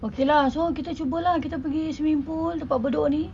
okay lah so kita cuba lah kita pergi swimming pool tempat bedok ni